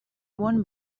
one